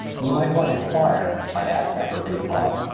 might one inquire, i asked, after a brief pause,